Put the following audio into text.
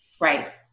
right